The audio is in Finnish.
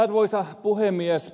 arvoisa puhemies